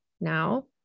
Now